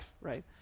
right